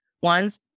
ones